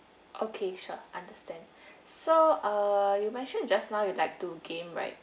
okay sure understand so err you mentioned just now you like to game right